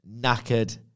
knackered